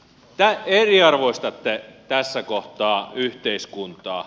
te eriarvoistatte tässä kohtaa yhteiskuntaa